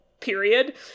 Period